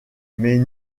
mais